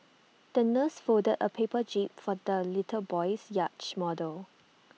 the nurse folded A paper jib for the little boy's yacht model